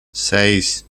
seis